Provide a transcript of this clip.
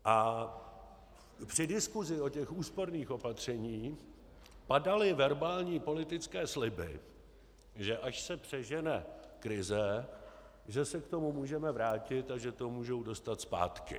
A při diskusi o těch úsporných opatřeních padaly verbální politické sliby, že až se přežene krize, že se k tomu můžeme vrátit a že to můžou dostat zpátky.